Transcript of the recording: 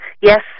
Yes